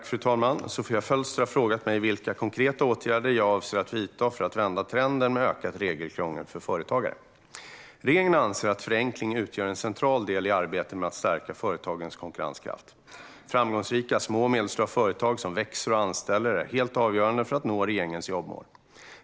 Fru talman! Sofia Fölster har frågat mig vilka konkreta åtgärder jag avser att vidta för att vända trenden med ökat regelkrångel för företagare. Regeringen anser att förenkling utgör en central del i arbetet med att stärka företagens konkurrenskraft. Framgångsrika små och medelstora företag som växer och anställer är helt avgörande för att vi ska nå regeringens jobbmål.